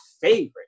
favorite